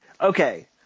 Okay